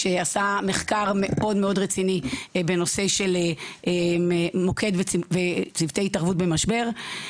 שעשה מחקר מאוד מאוד רציני בנושא של מוקד וצוותי התערבות במשבר,